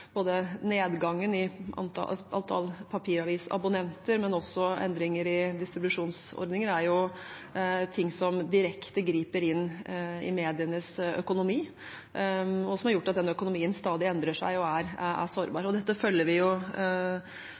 ting som griper direkte inn i medienes økonomi, og som har gjort at den økonomien stadig endrer seg og er sårbar. Dette følger vi svært nøye, og dette er jo